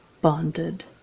bonded